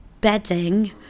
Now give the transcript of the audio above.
bedding